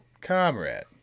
Comrade